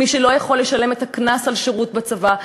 את מי שלא יכול לשלם את הקנס על אי-שירות בצבא,